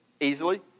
Easily